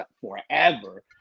forever